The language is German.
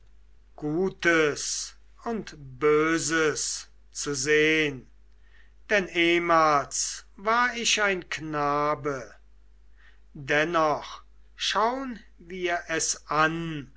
gutes und böses zu sehn denn ehmals war ich ein knabe dennoch schaun wir es an